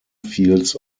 fields